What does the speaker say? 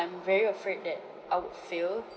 very afraid that I would fail